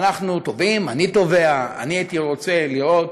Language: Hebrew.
אנחנו תובעים, אני תובע, אני הייתי רוצה לראות